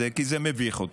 כי זה מביך אותי.